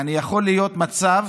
יעני יכול להיות מצב